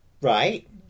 Right